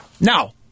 Now